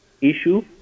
issue